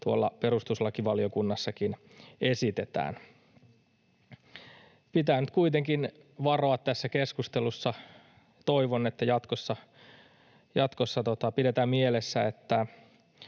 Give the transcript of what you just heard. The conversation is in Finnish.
tuolla perustuslakivaliokunnassakin esitetään. Pitää nyt kuitenkin varoa tässä keskustelussa. Toivon, että jatkossa pidetään mielessä, että